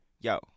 yo